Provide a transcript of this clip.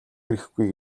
ирэхгүй